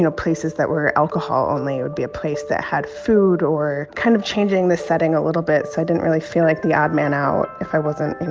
places that were alcohol only. it would be a place that had food or kind of changing the setting a little bit so i didn't really feel like the odd man out if i wasn't, and